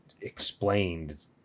explained